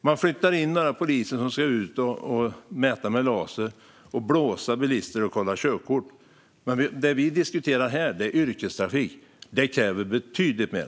Man flyttar in poliser som ska ut och mäta med laser, blåsa bilister och kolla körkort, men det vi diskuterar här är yrkestrafik, och det kräver betydligt mer.